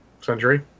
century